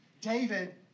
David